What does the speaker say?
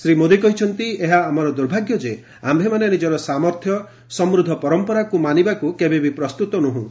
ଶ୍ରୀ ମୋଦି କହିଛନ୍ତି ଏହା ଆମର ଦୁର୍ଭାଗ୍ୟ ଯେ ଆୟେମାନେ ନିଜର ସାମର୍ଥ୍ୟ ସମୂଦ୍ଧ ପରାମ୍ପରାକୁ ମାନିବାକୁ କେବେ ବି ପ୍ରସ୍ତୁତ ନୋହୁଁ